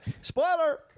Spoiler